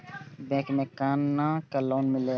Bank में केना loan लेम?